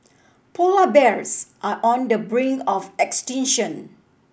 polar bears are on the brink of extinction